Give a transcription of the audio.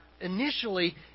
initially